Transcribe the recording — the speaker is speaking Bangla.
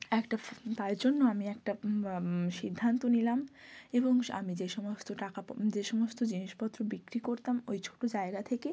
একটা তাই জন্য আমি একটা সিদ্ধান্ত নিলাম এবং আমি যে সমস্ত টাকা প যে সমস্ত জিনিসপত্র বিক্রি করতাম ওই ছোটো জায়গা থেকে